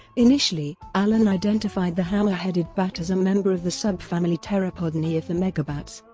initially, allen identified the hammer-headed bat as a member of the subfamily pteropodinae of the megabats.